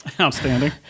Outstanding